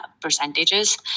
percentages